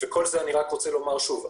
ואני רוצה לומר שוב,